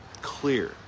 Clear